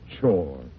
chore